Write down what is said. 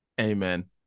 Amen